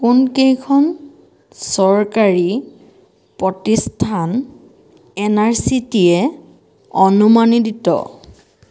কোনকেইখন চৰকাৰী প্ৰতিষ্ঠান এন আৰ চি টিয়ে অনুমোদিত